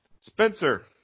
Spencer